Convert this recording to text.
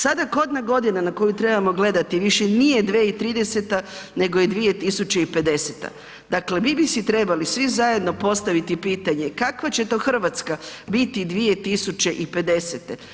Sada kodna godina na koju trebamo gledati više nije 2030. nego 2050., dakle mi bi si trebali svi zajedno postaviti pitanje kakva će to Hrvatska biti 2050.